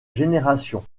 génération